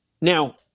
Now